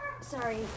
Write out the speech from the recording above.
Sorry